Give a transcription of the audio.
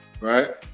Right